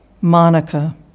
Monica